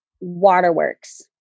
waterworks